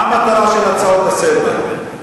מה המטרה של ההצעות לסדר-היום?